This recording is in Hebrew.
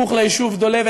סמוך ליישוב דולב,